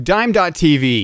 Dime.tv